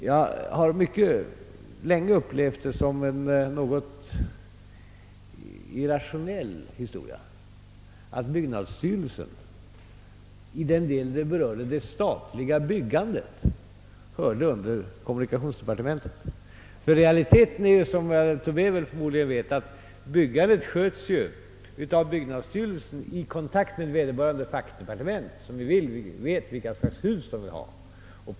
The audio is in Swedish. Jag har länge upplevt det som irrationellt, att den del av byggnadsstyrelsens verksamhet som gäller det statliga byggandet hör under kommunikationsdepartementet. I realiteten sköts byggandet, som herr Tobé förmodligen vet, av byggnadsstyrelsen i samarbete med vederbörande fackdepartement, som vet vilka slags hus de vill ha.